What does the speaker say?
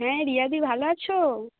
হ্যাঁ রিয়াদি ভালো আছো